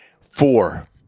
Four